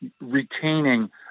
retaining